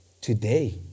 Today